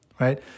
Right